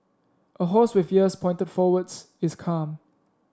a horse with ears pointed forwards is calm